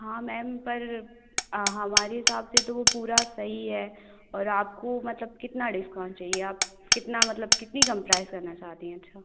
हाँ मैम पर हमारे हिसाब से तो वह पूरा सही है और आपको मतलब कितना डिस्काउंट चाहिए आप कितना मतलब कितनी कम प्राइज़ करना चाहती हैं अच्छा